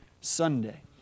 Sunday